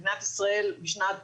מדינת ישראל בשנת